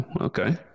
Okay